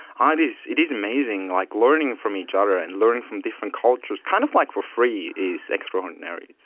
ah it is it is amazing, like learning from each other and learning from different cultures, kind of like for free, is extraordinary.